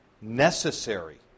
necessary